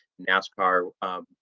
NASCAR